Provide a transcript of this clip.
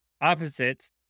opposites